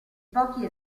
pochi